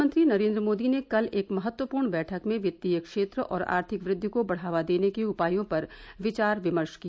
प्रधानमंत्री नरेन्द्र मोदी ने कल एक महत्वपूर्ण बैठक में वित्तीय क्षेत्र और आर्थिक वृद्धि को बढावा देने के उपायों पर विचार विमर्श किया